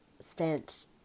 spent